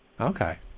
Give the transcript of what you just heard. Okay